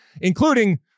including